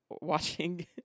watching